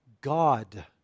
God